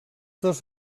dos